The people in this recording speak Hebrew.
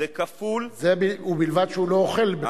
זה כפול, ובלבד שהוא לא אוכל.